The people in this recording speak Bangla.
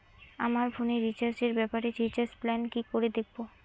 আমার ফোনে রিচার্জ এর ব্যাপারে রিচার্জ প্ল্যান কি করে দেখবো?